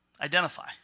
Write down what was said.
identify